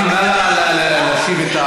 סדרנים, נא להשיב את,